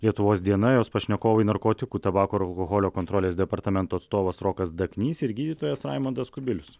lietuvos diena jos pašnekovai narkotikų tabako ir alkoholio kontrolės departamento atstovas rokas daknys ir gydytojas raimundas kubilius